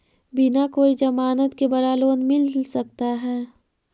बिना कोई जमानत के बड़ा लोन मिल सकता है?